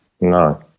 No